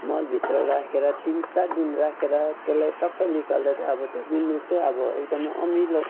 मलभित्र राखेर तिन चार दिन राखेर त्यसलाई टक्कै निकाल्दा तै अब त्यो गुन्द्रुक तै अब एकदमै अमिलो